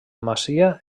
masia